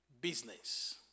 business